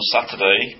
Saturday